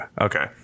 Okay